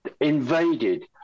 invaded